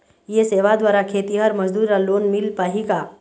ये सेवा द्वारा खेतीहर मजदूर ला लोन मिल पाही का?